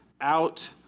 out